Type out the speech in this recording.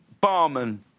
barman